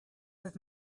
was